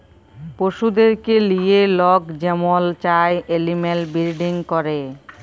পশুদেরকে লিঁয়ে লক যেমল চায় এলিম্যাল বিরডিং ক্যরে